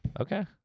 Okay